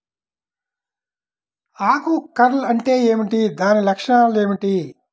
ఆకు కర్ల్ అంటే ఏమిటి? దాని లక్షణాలు ఏమిటి?